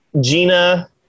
Gina